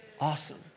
Awesome